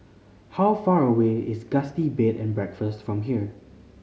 how far away is Gusti Bed and Breakfast from here